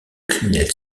criminels